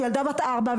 וילדה בת ארבע,